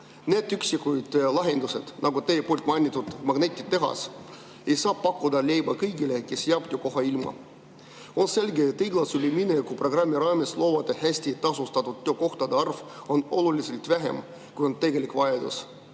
Need üksikud lahendused, nagu teie mainitud magnetitehas, ei saa pakkuda leiba kõigile, kes jäävad töökohast ilma. On selge, et õiglase ülemineku programmi raames loodavate hästi tasustatud töökohtade arv on oluliselt väiksem, kui on tegelik vajadus.